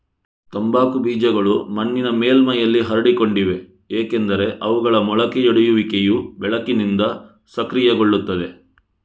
ತಂಬಾಕು ಬೀಜಗಳು ಮಣ್ಣಿನ ಮೇಲ್ಮೈಯಲ್ಲಿ ಹರಡಿಕೊಂಡಿವೆ ಏಕೆಂದರೆ ಅವುಗಳ ಮೊಳಕೆಯೊಡೆಯುವಿಕೆಯು ಬೆಳಕಿನಿಂದ ಸಕ್ರಿಯಗೊಳ್ಳುತ್ತದೆ